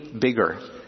bigger